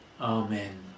amen